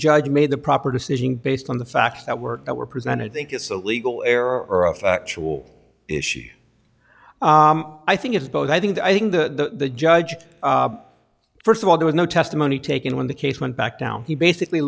judge made the proper decision based on the facts that were that were presented think it's a legal error or a factual issue i think it's both i think i think the judge first of all there was no testimony taken when the case went back down he basically